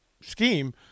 scheme